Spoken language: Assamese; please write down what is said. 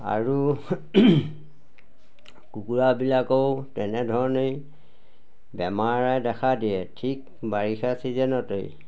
আৰু কুকুৰাবিলাকও তেনেধৰণেই বেমাৰে দেখা দিয়ে ঠিক বাৰিষা চিজনতেই